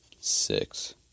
six